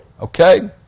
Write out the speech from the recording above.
Okay